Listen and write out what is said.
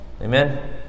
Amen